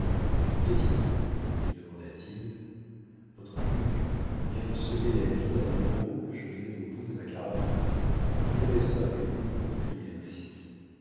qu'y a-t-il donc lui demanda-t-il votre hugh vient de sauver la vie à un huron que je tenais au bout de ma carabine quelle raison avez-vous eue pour crier ainsi